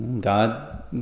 God